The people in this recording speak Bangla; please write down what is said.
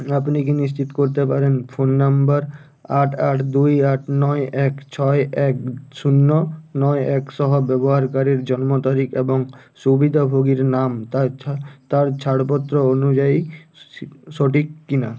আপনি কি নিশ্চিত করতে পারেন ফোন নাম্বার আট আট দুই আট নয় এক ছয় এক শূন্য নয় এক সহ ব্যবহারকারীর জন্ম তারিখ এবং সুবিধাভোগীর নাম তার ছা তার ছাড়পত্র অনুযায়ী সঠিক কিনা